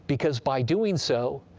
because by doing so,